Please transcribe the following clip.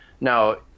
Now